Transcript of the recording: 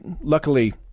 luckily